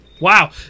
Wow